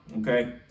okay